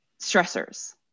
stressors